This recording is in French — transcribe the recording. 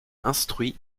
instruit